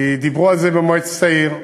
דיברו על זה במועצת העיר.